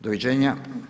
Doviđenja.